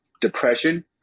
depression